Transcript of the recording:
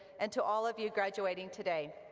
and to all of you graduating today.